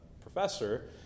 professor